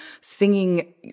singing